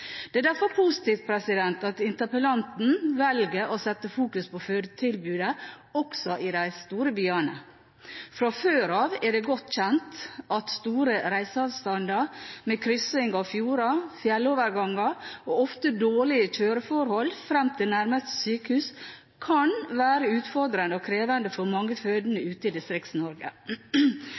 Det er derfor positivt at interpellanten velger å fokusere på fødetilbudet også i de store byene. Fra før av er det godt kjent at store reiseavstander, med kryssing av fjorder, fjelloverganger og ofte dårlige kjøreforhold fram til nærmeste sykehus, kan være utfordrende og krevende for mange fødende ute i